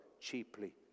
cheaply